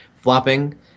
flopping